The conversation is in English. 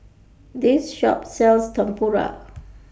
This Shop sells Tempura